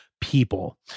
people